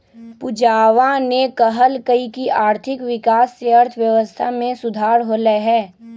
पूजावा ने कहल कई की आर्थिक विकास से अर्थव्यवस्था में सुधार होलय है